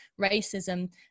racism